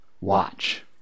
Watch